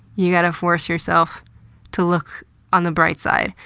you've got to force yourself to look on the bright side.